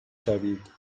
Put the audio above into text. شوید